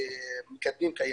מקדמים קיימות.